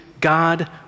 God